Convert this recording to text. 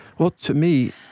well, to me,